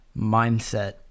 mindset